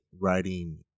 writing